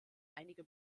einige